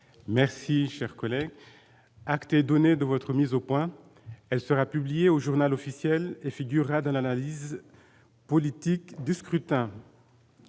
Merci, cher collègue, donner de votre mise au point, elle sera publiée au Journal officiel et figurera dans l'analyse politique du scrutin.